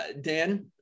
Dan